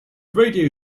radio